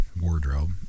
wardrobe